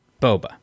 Boba